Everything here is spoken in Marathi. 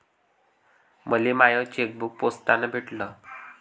मले माय चेकबुक पोस्टानं भेटल